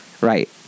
Right